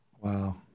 Wow